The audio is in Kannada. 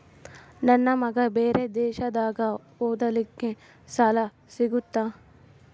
ನನ್ನ ಮಗ ಬೇರೆ ದೇಶದಾಗ ಓದಲಿಕ್ಕೆ ಸಾಲ ಸಿಗುತ್ತಾ?